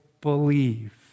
believe